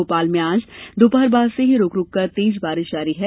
भोपाल में आज दोपहर बाद से ही रूक रूककर तेज बारिश जारी है